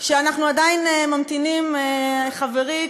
אנחנו עדיין ממתינים, חברי.